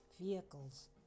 vehicles